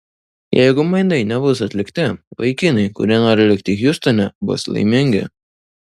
jeigu mainai nebus atlikti vaikinai kurie nori likti hjustone bus laimingi